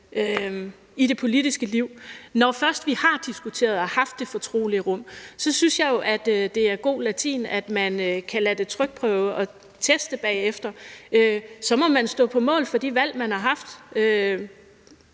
i det politiske liv. Når først vi har diskuteret det og haft det fortrolige rum, synes jeg jo, det er god latin, at man kan lade det trykprøve og teste bagefter. Så må man stå på mål for de valg, man har taget,